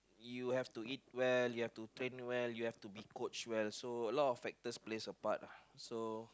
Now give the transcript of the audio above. you have to eat well you have to train well you have to coach well so a lot of factors plays a part uh so